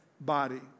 body